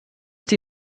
die